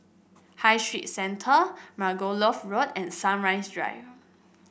High Street Centre Margoliouth Road and Sunrise Drive